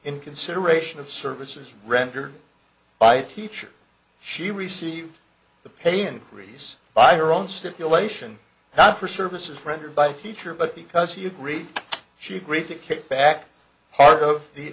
in consideration of services rendered by teacher she received the pay increase by her own stipulation hopper services rendered by teacher but because he agreed she agreed to kickback part of the